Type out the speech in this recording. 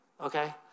Okay